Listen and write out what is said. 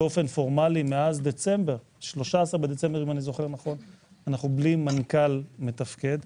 באופן פורמלי מאז 13 בדצמבר אנחנו בלי מנכ"ל מתפקד.